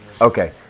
Okay